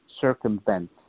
circumvent